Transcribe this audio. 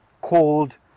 called